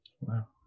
Wow